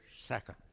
second